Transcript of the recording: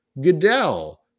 Goodell